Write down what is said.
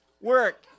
work